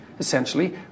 essentially